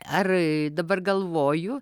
ar dabar galvoju